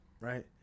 Right